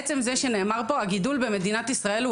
עצם זה שנאמר פה שהגידול במדינת ישראל הוא